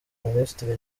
ministre